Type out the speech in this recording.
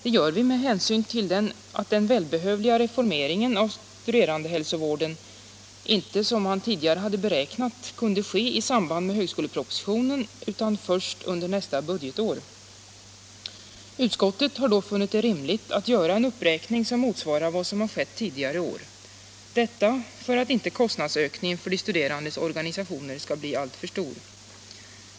Det gör vi med hänsyn till att den välbehövliga reformeringen av studerandehälsovården inte som man tidigare beräknat kunde ske i samband med högskolepropositionen utan kommer först under nästa budgetår. Utskottet har då funnit det rimligt att göra en uppräkning som motsvarar vad som skett tidigare år; detta för att inte kostnadsökningen för de studerandes organisationer skall bli alltför stor.